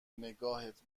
نگات